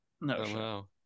No